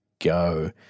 go